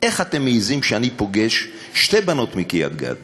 איך אתם מעזים, כשאני פוגש שתי בנות מקריית-גת